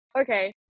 okay